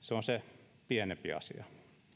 se on se pienempi asia